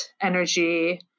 energy